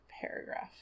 paragraph